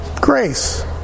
Grace